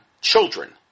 children